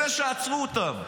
אלה שעצרו אותם.